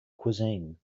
cuisine